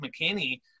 McKinney